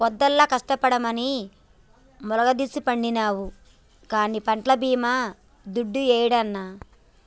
పొద్దల్లా కట్టబడితినని ములగదీస్కపండినావు గానీ పంట్ల బీమా దుడ్డు యేడన్నా